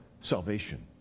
salvation